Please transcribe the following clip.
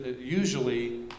usually